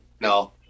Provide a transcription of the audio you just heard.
no